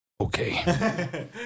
okay